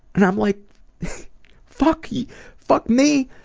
and i'm like fuck yeah fuck me?